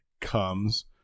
comes